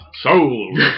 Soul